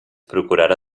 procurarà